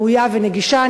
ראויה ונגישה.